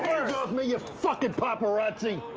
me, you fuckin' paparazzi.